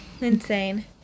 Insane